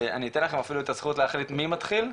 אני אתן לכם אפילו את הזכות להחליט מי מתחיל,